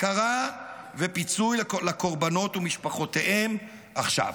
הכרה ופיצוי לקורבנות ומשפחותיהם עכשיו.